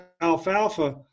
alfalfa